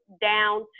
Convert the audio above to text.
down